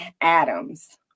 Adams